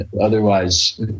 Otherwise